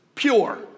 pure